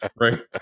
Right